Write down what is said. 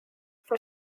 for